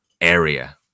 area